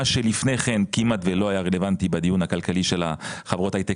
מה שלפני כן כמעט לא היה רלוונטי בדיון הכלכלי של חברות ההייטק